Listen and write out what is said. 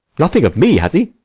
nothing of me, has a?